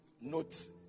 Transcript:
note